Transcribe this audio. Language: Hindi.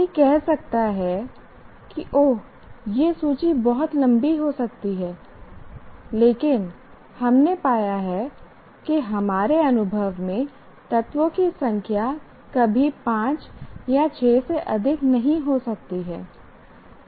कोई कह सकता है कि ओह यह सूची बहुत लंबी हो सकती है लेकिन हमने पाया कि हमारे अनुभव में तत्वों की संख्या कभी 5 या 6 से अधिक नहीं हो सकती है